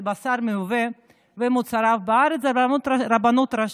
בשר מיובא ומוצריו בארץ זו הרבנות הראשית.